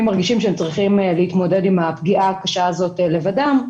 מרגישים שהם צריכים להתמודד עם הפגיעה הקשה הזאת לבדם,